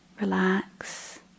relax